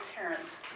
parents